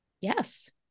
yes